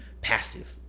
passive